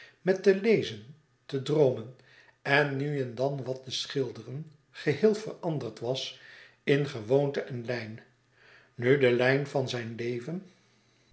met te lezen te droomen en nu en dan wat te schilderen geheel veranderd was in gewoonte en lijn nu de lijn van zijn leven